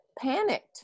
panicked